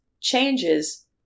changes